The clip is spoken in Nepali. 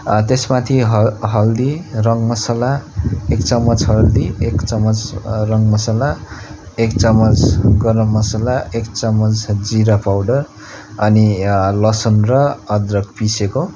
त्यसमाथि ह हल्दी रङ्ग मसाला एक चमच हल्दी एक चमच रङ्ग मसाला एक चमच गरम मसाला एक चमच जिरा पाउडर अनि लसुन र अदरक पिसेको